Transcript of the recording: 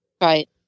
Right